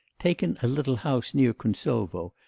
taken a little house near kuntsovo,